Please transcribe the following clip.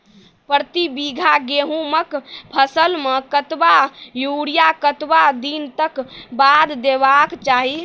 प्रति बीघा गेहूँमक फसल मे कतबा यूरिया कतवा दिनऽक बाद देवाक चाही?